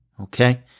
okay